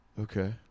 Okay